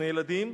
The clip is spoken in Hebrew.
שני ילדים,